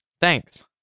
Thanks